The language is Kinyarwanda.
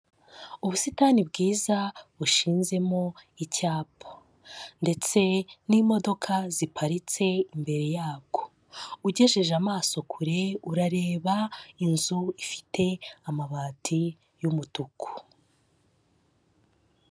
Ubusitani bwiza bushinzemo icyapa. Ndetse n'imodoka ziparitse imbere yabwo. Ugejeje amaso kure, urareba inzu ifite amabati y'umutuku.